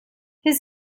his